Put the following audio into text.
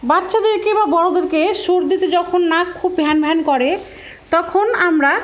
বাচ্চাদেরকে বা বড়োদেরকে সর্দিতে যখন নাক খুব ভ্যানভ্যান করে তখন আমরা